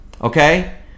okay